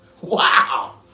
Wow